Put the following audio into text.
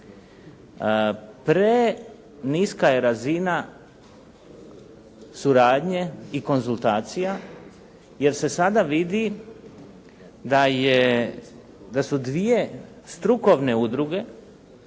Preniska je razina suradnje i konzultacija, jer se sada vidi da su dvije strukovne udruge